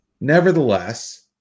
nevertheless